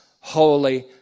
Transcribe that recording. holy